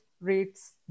rates